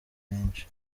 benshi